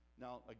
now